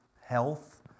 health